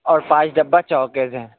اور پانچ ڈبہ چاکس ہیں